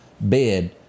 bed